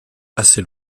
assez